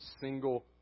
single